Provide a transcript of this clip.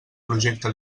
projecte